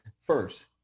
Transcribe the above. first